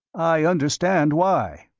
i understand why.